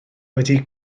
wedi